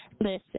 Listen